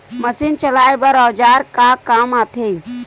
Machine चलाए बर औजार का काम आथे?